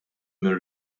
minn